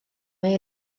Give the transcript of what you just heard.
mai